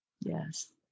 Yes